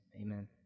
amen